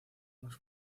más